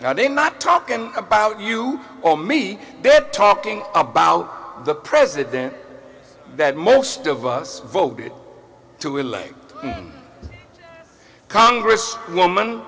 now they are not talking about you or me dead talking about the president that most of us voted to elect congress woman